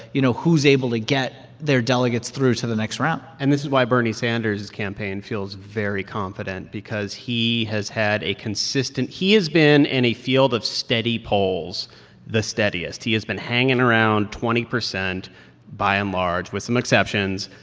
you know, who's able to get their delegates through to the next round and this is why bernie sanders' campaign feels very confident because he has had a consistent he has been in a field of steady polls the steadiest. he has been hanging around twenty percent by and large, with some exceptions,